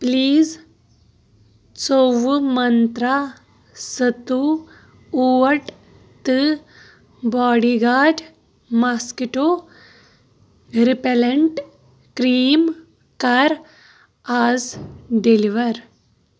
please ژوٚوُہ منترٛا سَتووُہ اَوٹ تہٕ body guard mosquito repellent cream کَر اَز ڈیلیور